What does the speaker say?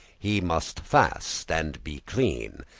he must fast and be clean,